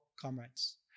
comrades